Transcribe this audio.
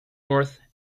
north